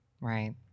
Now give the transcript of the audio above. Right